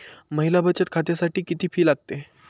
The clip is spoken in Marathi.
महिला बचत खात्यासाठी किती फी लागते?